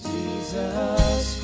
Jesus